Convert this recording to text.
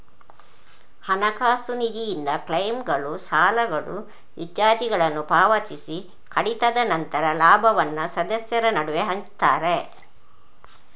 ಹಣಕಾಸು ನಿಧಿಯಿಂದ ಕ್ಲೈಮ್ಗಳು, ಸಾಲಗಳು ಇತ್ಯಾದಿಗಳನ್ನ ಪಾವತಿಸಿ ಕಡಿತದ ನಂತರ ಲಾಭವನ್ನ ಸದಸ್ಯರ ನಡುವೆ ಹಂಚ್ತಾರೆ